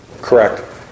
Correct